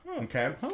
Okay